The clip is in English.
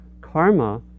karma